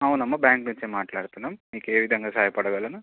అవునమ్మా బ్యాంక్ నుంచి మాట్లాడుతున్నాము మీకు ఏ విధంగా సహయపడగలలను